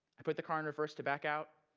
i put the car in reverse to back out,